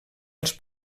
els